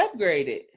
upgraded